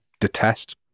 detest